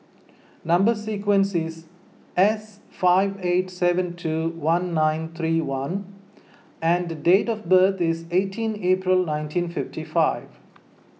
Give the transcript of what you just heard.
Number Sequence is S five eight seven two one nine three one and date of birth is eighteen April nineteen fifty five